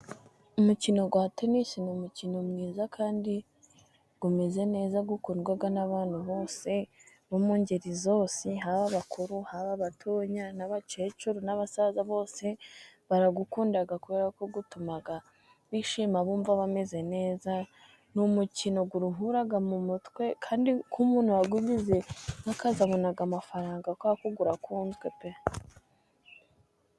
Umukino wa tenisi, ni umukino mwiza kandi umeze neza ukundwa n'abantu bose bo mu ngeri zose, haba abakuru haba abato n'abakecuru n'abasaza, bose barawukunda kubera ko utuma bishima bumva bameze neza. Ni umukino uruhura mu mutwe, kandi ko umuntu yawugize nk'akazi abona amafaranga kubera ko urakunzwe pe.